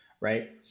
right